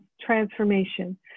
transformation